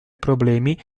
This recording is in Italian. problemi